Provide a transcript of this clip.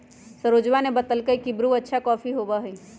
सरोजवा ने बतल कई की ब्रू अच्छा कॉफी होबा हई